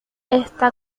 está